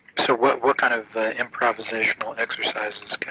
so what what kind of improvisational exercises can